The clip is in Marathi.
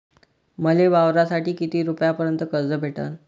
मले वावरासाठी किती रुपयापर्यंत कर्ज भेटन?